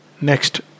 next